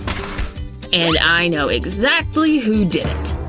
and i know exactly who did it.